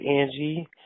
Angie